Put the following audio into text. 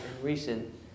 recent